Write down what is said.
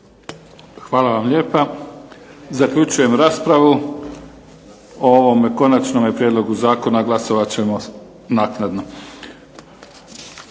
Hvala vam lijepa. Zaključujem raspravu o ovome konačnome prijedlogu zakona. Glasovat ćemo naknadno.